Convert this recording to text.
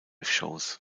shows